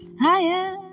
higher